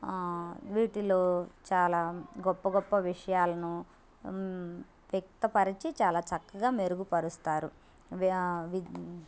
ఆ వీటిలో చాలా గొప్ప గొప్ప విషయాలను వ్యక్తపరచి చాలా చక్కగా మెరుగు పరుస్తారు వ్యా విద్